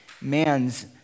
man's